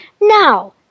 Now